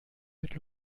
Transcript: mit